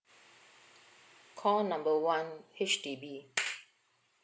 call number one H_D_B